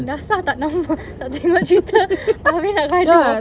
dah sah tak nama tak tengok cerita tapi nak